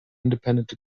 independent